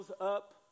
up